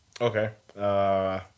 Okay